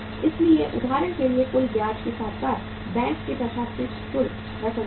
इसलिए उदाहरण के लिए कुल ब्याज के साथ साथ बैंक के प्रशासनिक शुल्क 10000 रु